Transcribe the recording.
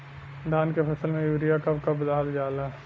धान के फसल में यूरिया कब कब दहल जाला?